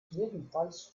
jedenfalls